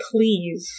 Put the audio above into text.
please